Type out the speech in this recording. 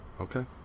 Okay